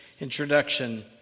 introduction